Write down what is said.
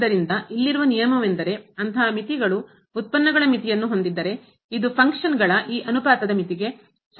ಆದ್ದರಿಂದ ಇಲ್ಲಿರುವ ನಿಯಮವೆಂದರೆ ಅಂತಹ ಮಿತಿಗಳು ಉತ್ಪನ್ನಗಳ ಮಿತಿಯನ್ನು ಹೊಂದಿದ್ದರೆ ಇದು ಫಂಕ್ಷನ್ ಕಾರ್ಯಗಳ ಈ ಅನುಪಾತದ ಮಿತಿಗೆ ಸಮಾನವಾಗಿರುತ್ತದೆ